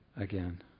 again